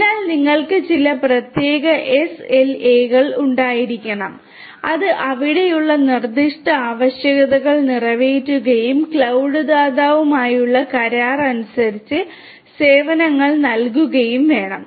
അതിനാൽ നിങ്ങൾക്ക് ചില പ്രത്യേക എസ്എൽഎകൾ ഉണ്ടായിരിക്കണം അത് അവിടെയുള്ള നിർദ്ദിഷ്ട ആവശ്യകതകൾ നിറവേറ്റുകയും ക്ലൌഡ് ദാതാവുമായുള്ള കരാർ അനുസരിച്ച് സേവനങ്ങൾ നൽകുകയും വേണം